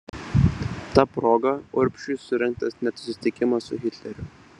ta proga urbšiui surengtas net susitikimas su hitleriu